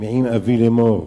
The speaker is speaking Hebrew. מעם אבי לאמר,